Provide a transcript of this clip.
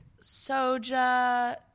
soja